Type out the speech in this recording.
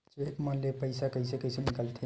Cheque म ले पईसा कइसे निकलथे?